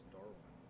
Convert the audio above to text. Darwin